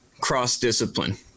cross-discipline